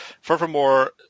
Furthermore